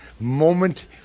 moment